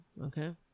Okay